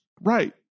Right